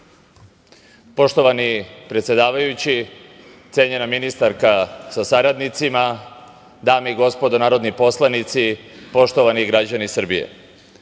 Poštovani predsedavajući, cenjena ministarka sa saradnicima, dame i gospodo narodni poslanici, poštovani građani Srbije,